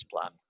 plan